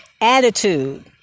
attitude